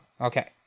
Okay